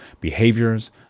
behaviors